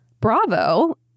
Bravo